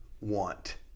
want